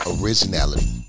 originality